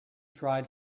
cried